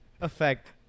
effect